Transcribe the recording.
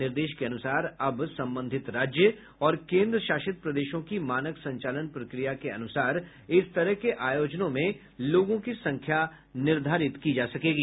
निर्देश के अनुसार अब संबंधित राज्य और केंद्रशासित प्रदेशों की मानक संचालन प्रक्रिया के अनुसार इस तरह के आयोजनों में लोगों की संख्या निर्धारित की जा सकेगी